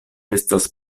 estas